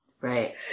Right